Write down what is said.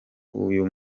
uyu